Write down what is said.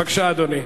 בבקשה, אדוני.